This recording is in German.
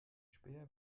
späher